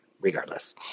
Regardless